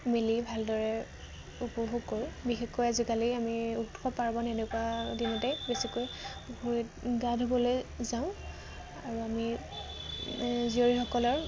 মিলি ভালদৰে উপভোগ কৰোঁ বিশেষকৈ আজিকালি আমি উৎসৱ পাৰ্বণ এনেকুৱা দিনতে বেছিকৈ পুখুৰীত গা ধুবলে যাওঁ আৰু আমি জীয়ৰীসকলৰ